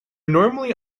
normally